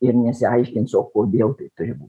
ir nesiaiškins o kodėl tai turi būt